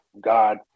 God